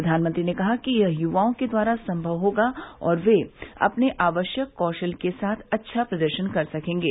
प्रधानमंत्री ने कहा कि यह युवाओं के द्वारा संभव होगा और वे अपने आवश्यक कौशल के साथ अच्छा प्रदर्शन कर सकेंगे